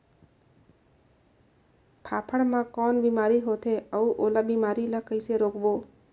फाफण मा कौन बीमारी होथे अउ ओला बीमारी ला कइसे रोकबो?